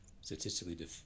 statistically